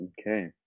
Okay